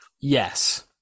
yes